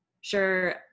sure